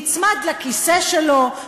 נצמד לכיסא שלו,